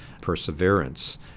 Perseverance